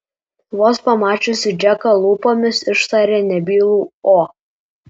vos pamačiusi džeką lūpomis ištarė nebylų o